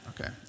okay